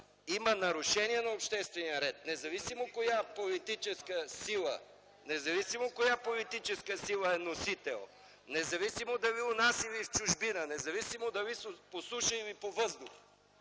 има нарушение на обществения ред, независимо коя политическа сила е носител, независимо дали у нас или в чужбина, независимо дали по суша или по въздух,